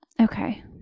Okay